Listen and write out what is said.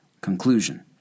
Conclusion